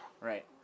Right